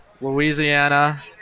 Louisiana